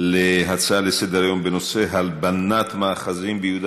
להצעות לסדר-היום בנושא: הלבנת מאחזים ביהודה